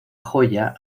joya